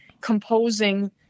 composing